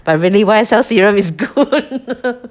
but really Y_S_L serum is good